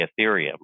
Ethereum